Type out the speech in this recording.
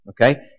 Okay